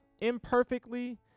Imperfectly